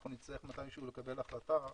אנחנו נצטרך מתישהו לקבל החלטה,